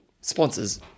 Sponsors